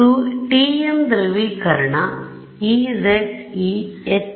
TM ಧ್ರುವೀಕರಣ Ez Hx Hy